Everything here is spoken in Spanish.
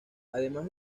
además